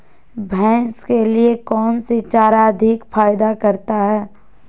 भैंस के लिए कौन सी चारा अधिक फायदा करता है?